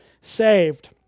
saved